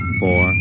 four